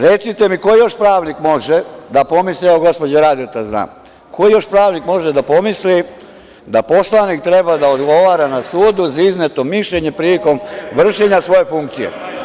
Recite mi koji još pravnik može da pomisli, evo, gospođa Radeta zna, koji još pravnik može da pomisli da poslanik treba da odgovara na sudu za izneto mišljenje prilikom vršenja svoje funkcije?